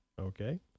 Okay